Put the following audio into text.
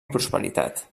prosperitat